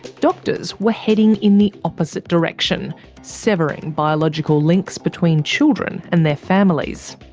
doctors were heading in the opposite direction severing biological links between children and their families.